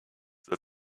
that